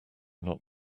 not